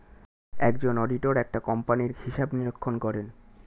একজন অডিটর একটা কোম্পানির হিসাব নিরীক্ষণ করেন